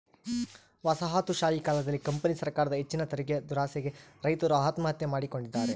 ವಸಾಹತುಶಾಹಿ ಕಾಲದಲ್ಲಿ ಕಂಪನಿ ಸರಕಾರದ ಹೆಚ್ಚಿನ ತೆರಿಗೆದುರಾಸೆಗೆ ರೈತರು ಆತ್ಮಹತ್ಯೆ ಮಾಡಿಕೊಂಡಿದ್ದಾರೆ